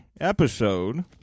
episode